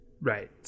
Right